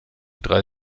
drei